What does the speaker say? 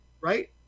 Right